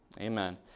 Amen